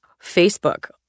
Facebook